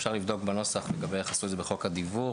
אפשר לבדוק בנוסח איך עשו את זה בחוק הדיוור.